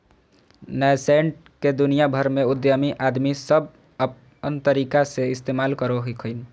nascent के दुनिया भर के उद्यमी आदमी सब अपन तरीका से इस्तेमाल करो हखिन